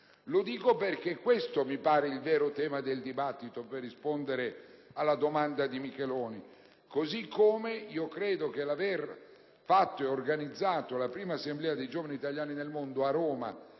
Lo dico perché questo mi pare il vero tema del dibattito, per rispondere alla domanda di Micheloni. L'aver organizzato la prima assemblea dei giovani italiani nel mondo a Roma